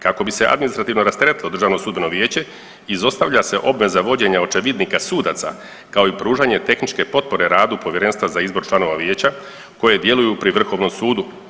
Kako bi se administrativno rasteretilo Državno sudbeno vijeće izostavlja se obveza vođenja očevidnika sudaca kao i pružanje tehničke potpore radu povjerenstva za izbor članova vijeća koje djeluju pri Vrhovnom sudu.